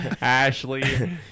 Ashley